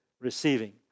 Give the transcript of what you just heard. receiving